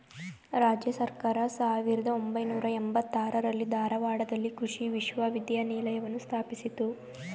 ರಾಜ್ಯ ಸರ್ಕಾರ ಸಾವಿರ್ದ ಒಂಬೈನೂರ ಎಂಬತ್ತಾರರಲ್ಲಿ ಧಾರವಾಡದಲ್ಲಿ ಕೃಷಿ ವಿಶ್ವವಿದ್ಯಾಲಯವನ್ನು ಸ್ಥಾಪಿಸಿತು